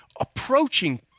approaching